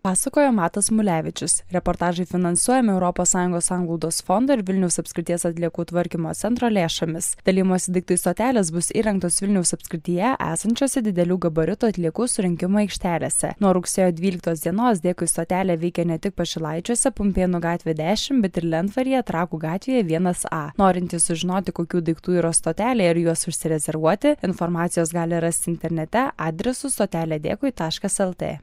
pasakoja matas mulevičius reportažai finansuojami europos sąjungos sanglaudos fondo ir vilniaus apskrities atliekų tvarkymo centro lėšomis dalijimosi daiktais stotelės bus įrengtos vilniaus apskrityje esančiose didelių gabaritų atliekų surinkimo aikštelėse nuo rugsėjo dvyliktos dienos dėkui stotelė veikia ne tik pašilaičiuose pumpėnų gatvė dešimt bet ir lentvaryje trakų gatvėje vienas a norintys sužinoti kokių daiktų yra stotelėje ir juos užsirezervuoti informacijos gali rasti internete adresu stotelė dėkui taškas lt